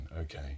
okay